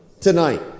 tonight